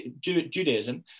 Judaism